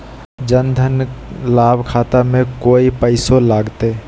जन धन लाभ खाता में कोइ पैसों लगते?